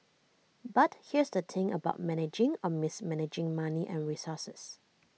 but here's the thing about managing or mismanaging money and resources